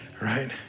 Right